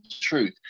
truth